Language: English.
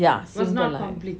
yeah simple life